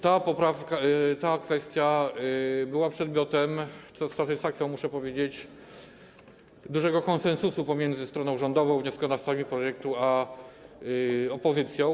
Ta kwestia była przedmiotem, co z satysfakcją muszę powiedzieć, dużego konsensusu pomiędzy stroną rządową, wnioskodawcami projektu a opozycją.